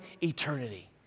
eternity